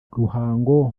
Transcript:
ruhango